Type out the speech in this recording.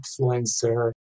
influencer